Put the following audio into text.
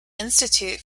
institute